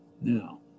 Now